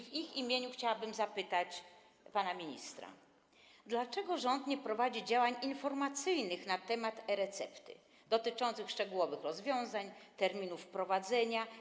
W ich imieniu chciałabym zapytać pana ministra, dlaczego rząd nie prowadzi działań informacyjnych na temat e-recepty dotyczących szczegółowych rozwiązań, terminów wprowadzenia.